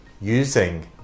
using